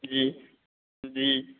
जी जी